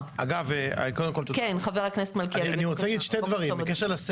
אני רוצה להגיד שני דברים.